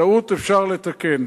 טעות אפשר לתקן.